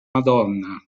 madonna